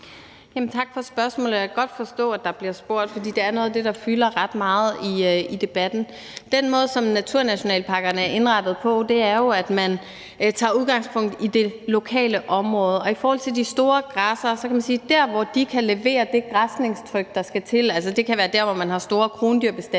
Tak for spørgsmålet. Jeg kan godt forstå, at der bliver spurgt om det, for det er noget, der fylder ret meget i debatten. Den måde, som naturnationalparkerne er indrettet på, er, at man tager udgangspunkt i det lokale område. I forhold til de store græssere kan man sige, at der, hvor de kan levere det græsningstryk, der skal til – det kan være der, hvor man har store krondyrbestande